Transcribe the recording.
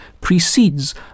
precedes